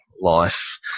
life